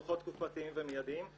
דוחות תקופתיים ומיידיים.